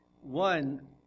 One